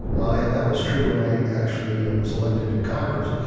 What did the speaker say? and that was true, and i actually ah was elected to congress.